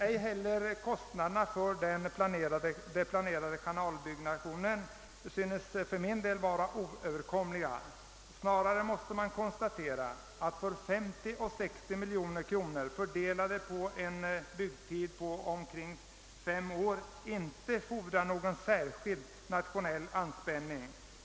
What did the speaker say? Ej heller synes mig kostnaderna för den planerade kanalutbyggnaden oöverkomliga, utan snarare kan man väl konstatera att 50—60 miljoner kronor, fördelade på en byggtid på omkring fem år, inte kräver någon särskilt stor nationell anspänning.